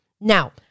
Now